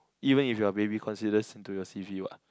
even if you are a baby considers into your c_v what